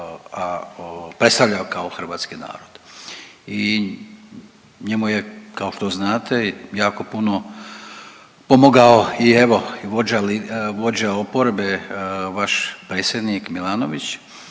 predstavljao je kao hrvatski narod. I njemu je kao što znate jako puno pomogao i evo vođa oporbe vaš predsjednik Milanović